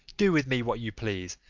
do with me what you please,